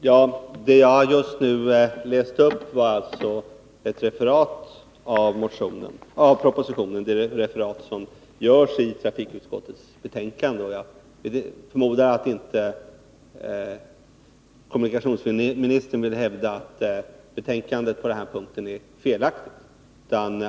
Herr talman! Det jag nyss läste upp var ett referat av propositionen som görs i trafikutskottets betänkande. Jag förmodar att kommunikationsministern inte vill hävda att betänkandet på den punkten är felaktigt.